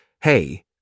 hey